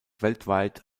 weltweit